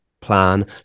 plan